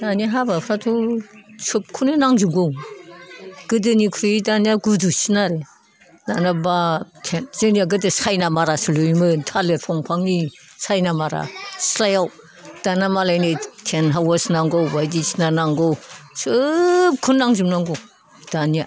दानि हाबाफ्राथ' सोबखौनो नांजोबगौ गोदोनिख्रुइ दानिया गुदुसिन आरो दाना बा खेबसेनो गोदो साइना मारा सोलियोमोन थालिर बिफांनि साइना मारा सिथ्लायाव दाना मालाय नेट टेन्ट हाउस नांगौ बायदिसिना नांगौ सोबखौनो नांजोब नांगौ दानिया